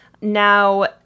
Now